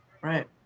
Right